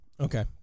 Okay